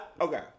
Okay